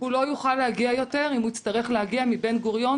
הוא לא יוכל להגיע יותר אם הוא יצטרך להגיע מבן-גוריון,